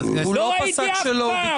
לא ראיתי אף פעם.